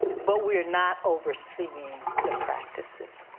but we are not overseeing the practices.